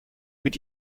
mit